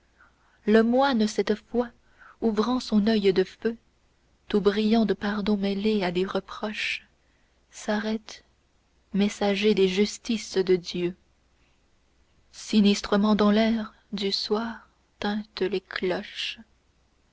le moine cette fois ouvrant son oeil de feu tout brillant de pardons mêlés à des reproches s'arrête messager des justices de dieu sinistrement dans l'air du soir tintent les cloches